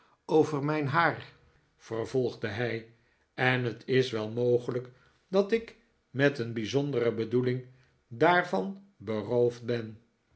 over mijn haar vervolgde hij en het is wel mogelijk dat ik met i een bijzondere bedoeling daarvan beroofd ben